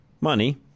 money